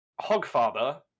Hogfather